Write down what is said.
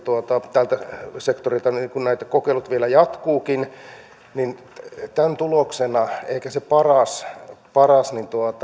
tältä sektorilta nämä kokeilut vielä jatkuvatkin että tämän tuloksena ehkä se paras paras